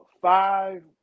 five